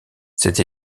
cette